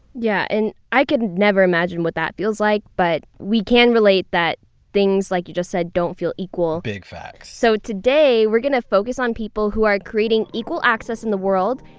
yeah. and i could never imagine what that feels like, but we can relate that things, like you just said, don't feel equal big facts so today we're going to focus on people who are creating equal access in the world.